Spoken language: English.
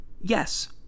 Yes